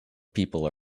people